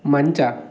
ಮಂಚ